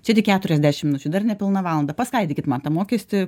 čia tik keturiasdešim minučių dar nepilna valanda paskaidykit man tą mokestį